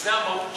זו המהות שלו.